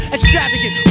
Extravagant